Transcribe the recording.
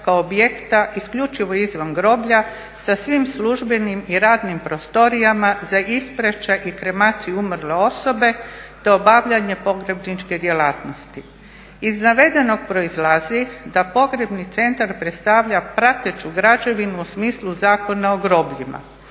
kao objekta isključivo izvan groblja sa svim službenim i radnim prostorijama za ispraćaj i kremaciju umrle osobe te obavljanje pogrebničke djelatnosti. Iz navedenog proizlazi da Pogrebni centar predstavlja prateću građevinu u smislu Zakona o grobljima.